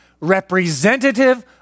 representative